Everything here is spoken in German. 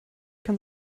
kann